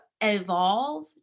evolve